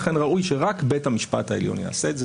אכן ראוי שרק בית המשפט העליון יעשה את זה.